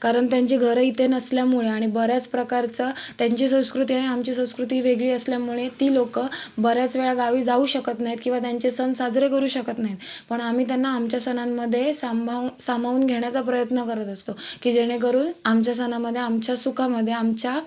कारण त्यांची घरं इथे नसल्यामुळे आणि बऱ्याच प्रकारचं त्यांची संस्कृती आणि आमची संस्कृती वेगळी असल्यामुळे ती लोकं बऱ्याच वेळा गावी जाऊ शकत नाहीत किंवा त्यांचे सण साजरे करू शकत नाहीत पण आम्ही त्यांना आमच्या सणांमध्ये सांभावू सामावून घेण्याचा प्रयत्न करत असतो की जेणेकरून आमच्या सणांमध्ये आमच्या सुखामध्ये आमच्या